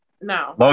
No